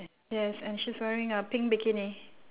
yes and she's wearing a pink bikini